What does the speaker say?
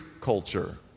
culture